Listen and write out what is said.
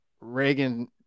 Reagan